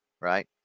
right